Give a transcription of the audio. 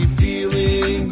feeling